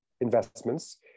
investments